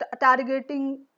targeting